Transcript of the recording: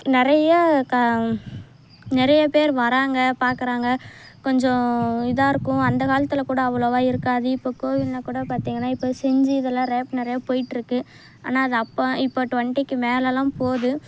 நிறைய க நிறைய பேர் வராங்க பார்க்குறாங்க கொஞ்சம் இதாக இருக்கும் அந்த காலத்தில் கூட அவ்வளவா இருக்காது இப்போது கோவிலில் கூட பார்த்தீங்னா இப்போ செஞ்சி இதெலாம் நிறைய போயிட்டிருக்கு ஆனால் அது அப்போ இப்போ டுவென்டிக்கு மேலேலாம் போது